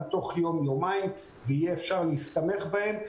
תוך יום או יומיים ויהיה אפשר להסתמך עליהם.